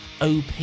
OP